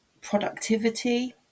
productivity